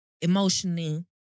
Emotionally